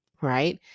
right